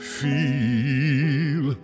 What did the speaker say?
feel